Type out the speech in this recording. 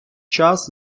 час